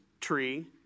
tree